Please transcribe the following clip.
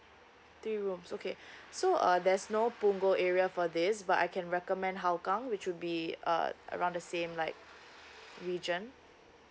three rooms okay so uh there's no punggol area for this but I can recommend hougang which should be uh around the same like region